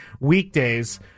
weekdays